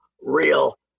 real